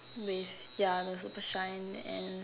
with ya the super shine and